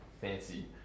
fancy